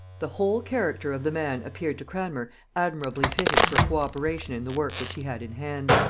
the whole character of the man appeared to cranmer admirably fitted for co-operation in the work which he had in hand.